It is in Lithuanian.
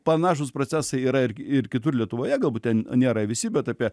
panašūs procesai yra ir ir kitur lietuvoje galbūt ten nėra visi bet apie